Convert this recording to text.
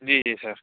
جی جی سر